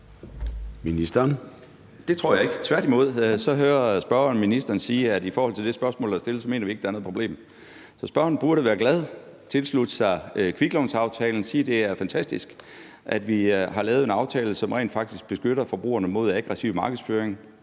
Det tror jeg ikke. Tværtimod hører spørgeren ministeren sige, at vi i forhold til det spørgsmål, der er stillet, ikke mener, at der er noget problem. Så spørgeren burde være glad, tilslutte sig kviklånsaftalen og sige, at det er fantastisk, at vi har lavet en aftale, som rent faktisk beskytter forbrugerne mod aggressiv markedsføring.